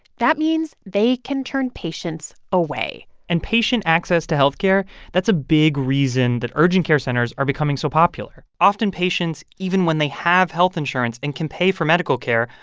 that means they can turn patients away and patient access to health care that's a big reason that urgent care centers are becoming so popular. often, patients, even when they have health insurance and can pay for medical care,